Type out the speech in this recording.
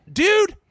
dude